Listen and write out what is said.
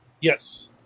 Yes